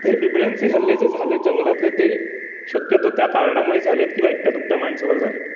तर हे बिबळ्यांचे हल्ले जे झाले जंगलातले ते शक्यतो त्या कारणामुळे झालेत किंवा एकट्यादुकट्या माणसावर झालेत